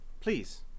please